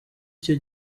icyo